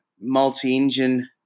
multi-engine